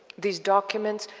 these documents,